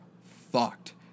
fucked